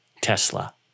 Tesla